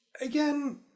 again